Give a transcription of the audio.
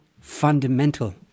fundamental